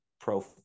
pro